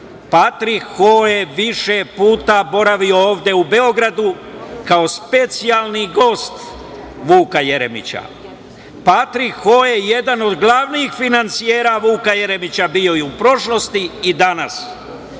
Patrik Ho je više puta boravio ovde u Beogradu kao specijalni gost Vuka Jeremića. Patrik Ho je jedan od glavnih finansijera Vuka Jeremića bio je u prošlosti i danas,